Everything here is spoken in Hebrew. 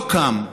לא קם ועמד,